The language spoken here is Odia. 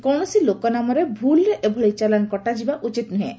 କୌଣସି ଲୋକ ନାମରେ ଭୁଲ୍ରେ ଏଭଳି ଚାଲାଶ କଟାଯିବା ଉଚିତ ନୁହେଁ